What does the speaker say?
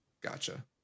Gotcha